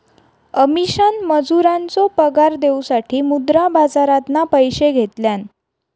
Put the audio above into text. अमीषान मजुरांचो पगार देऊसाठी मुद्रा बाजारातना पैशे घेतल्यान